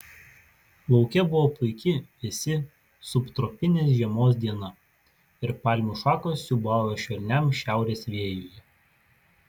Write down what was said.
lauke buvo puiki vėsi subtropinės žiemos diena ir palmių šakos siūbavo švelniam šiaurės vėjuje